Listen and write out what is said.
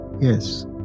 yes